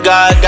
God